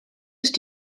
ist